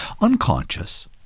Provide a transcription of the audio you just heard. Unconscious